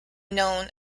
known